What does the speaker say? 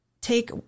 take